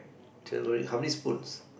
tumeric how many spoons